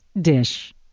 dish